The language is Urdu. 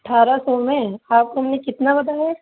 اٹھارہ سو میں آپ کو ہم نے کتنا بتایا ہے